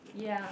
ya